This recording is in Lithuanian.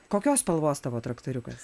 kokios spalvos tavo traktoriukas